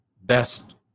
best